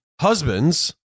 husbands